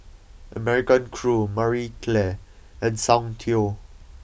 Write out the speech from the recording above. American Crew Marie Claire and Soundteoh